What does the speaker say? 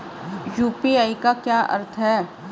UPI का क्या अर्थ है?